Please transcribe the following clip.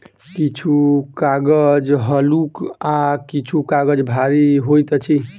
किछु कागज हल्लुक आ किछु काजग भारी होइत अछि